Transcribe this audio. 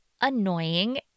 annoying